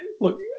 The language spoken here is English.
look